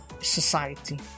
Society